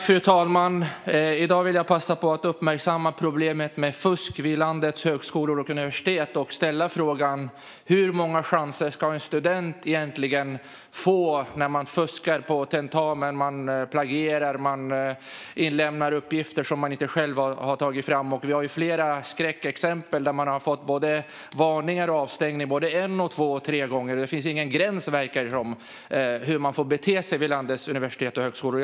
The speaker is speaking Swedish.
Fru talman! I dag vill jag passa på att uppmärksamma problemet med fusk vid landets högskolor och universitet. Jag ställer frågan: Hur många chanser ska en student egentligen få? Det handlar om att man fuskar på tentamen, plagierar och inlämnar uppgifter som man inte själv har tagit fram. Vi har flera skräckexempel där man har fått både varningar och avstängningar både en, två och tre gångar. Det verkar som att det inte finns någon gräns för hur man får bete sig vid landets universitet och högskolor.